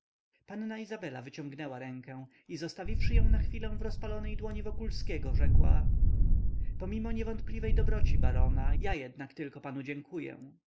panna izabela wyciągnęła rękę i zostawiwszy ją na chwilę w rozpalonej dłoni wokulskiego rzekła pomimo niewątpliwej dobroci barona ja jednak tylko panu dziękuję